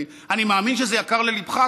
אני מאמין שזה יקר לליבך,